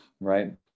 right